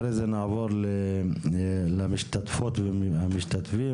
אחרי זה נעבור למשתתפות והמשתתפים.